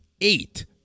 eight